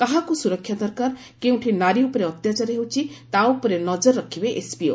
କାହାକୁ ସୁରକ୍ଷା ଦରକାର କେଉଁଠି ନାରୀ ଉପରେ ଅତ୍ୟାଚାର ହେଉଛି ତା ଉପରେ ନଜର ରଖିବେ ଏସ୍ପିଓ